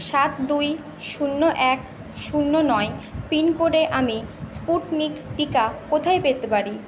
সাত দুই শূন্য এক শূন্য নয় পিনকোডে আমি স্পুটনিক টিকা কোথায় পেতে পারি